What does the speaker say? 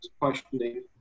questioning